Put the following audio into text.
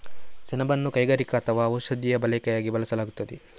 ಸೆಣಬನ್ನು ಕೈಗಾರಿಕಾ ಅಥವಾ ಔಷಧೀಯ ಬಳಕೆಯಾಗಿ ಬೆಳೆಯಲಾಗುತ್ತದೆ